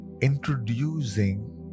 introducing